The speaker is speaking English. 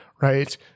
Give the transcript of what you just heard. right